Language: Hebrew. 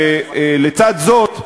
לצד זאת,